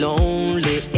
lonely